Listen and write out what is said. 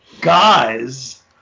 guys